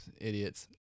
Idiots